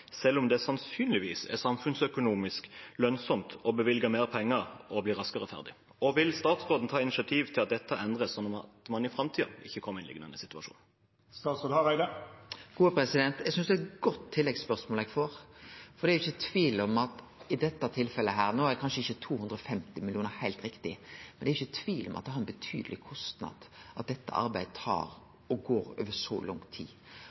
selv om det sannsynligvis er samfunnsøkonomisk lønnsomt å bevilge mer penger og bli raskere ferdig? Og vil statsråden ta initiativ til at dette endres, sånn at man i framtiden ikke kommer i en lignende situasjon? Eg synest det er eit godt tilleggsspørsmål eg får, for det er ikkje tvil om at det i dette tilfellet – no er kanskje ikkje 250 mill. kr heilt riktig – har ein betydeleg kostnad at dette arbeidet går over så lang tid.